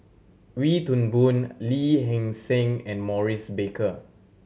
Wee Toon Boon Lee Hee Seng and Maurice Baker